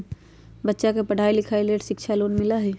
बच्चा के पढ़ाई के लेर शिक्षा लोन मिलहई?